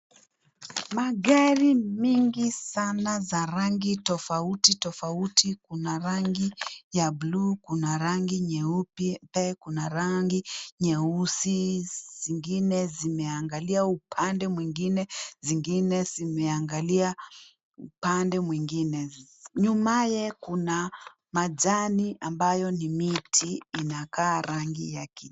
Magari mengi sana za rangi tofauti tofauti, kuna rangi ya buluu, kuna rangi nyeupe, kuna rangi nyeusi, zingine zimeangalia upande mwingine, zingine zimeangalia upande mwingine ,nyumaye kuna majani ambayo ni miti ambayo inakaa rangi ya ki..,